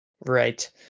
right